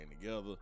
together